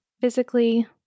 physically